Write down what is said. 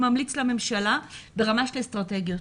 ממליץ לממשלה ברמה של אסטרטגיות.